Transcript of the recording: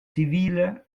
civile